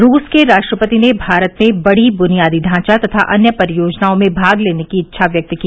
रूस के राष्ट्रपति ने भारत में बड़ी बुनियादी ढांचा तथा अन्य परियोजनाओं में भाग लेने की इच्छा व्यक्त की